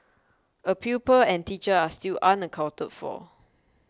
a pupil and teacher are still unaccounted for